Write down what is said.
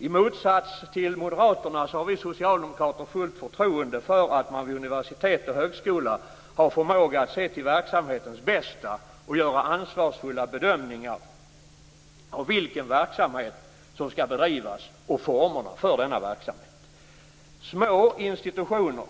I motsats till moderaterna har vi socialdemokrater fullt förtroende för att man vid universitet och högskolor har förmåga att se till verksamhetens bästa och göra ansvarsfulla bedömningar av vilken verksamhet som skall bedrivas och formerna för denna verksamhet. Små institutioner